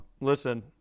Listen